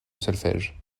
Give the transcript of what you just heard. solfège